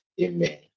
Amen